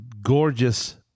gorgeous